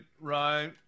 right